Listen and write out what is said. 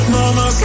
Mama